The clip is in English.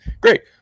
great